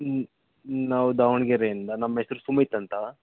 ಹ್ಞೂ ನಾವು ದಾವಣಗೆರೆಯಿಂದ ನಮ್ಮ ಹೆಸ್ರ್ ಸುಮಿತ್ ಅಂತ